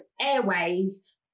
Airways